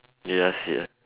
you just sit ah